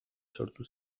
sortu